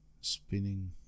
Spinning